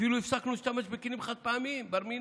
אפילו הפסקנו להשתמש בכלים חד-פעמיים, בר-מינן.